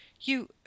You